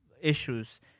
issues